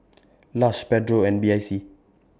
Lush Pedro and B I C